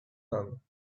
none